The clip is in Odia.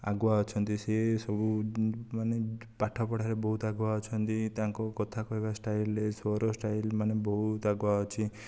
ଆଗୁଆ ଅଛନ୍ତି ସିଏ ସବୁ ମାନେ ପାଠ ପଢ଼ାରେ ବହୁତ ଆଗୁଆ ଅଛନ୍ତି ତାଙ୍କୁ କଥା କହିବା ଷ୍ଟାଇଲରେ ସହର ଷ୍ଟାଇଲ ମାନେ ବହୁତ ଆଗୁଆ ଅଛି